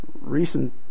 recent